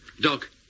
Doc